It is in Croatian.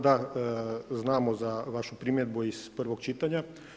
Da, znamo za vašu primjedbu iz prvog čitanja.